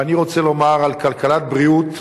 ואני רוצה לומר על כלכלת בריאות,